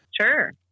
Sure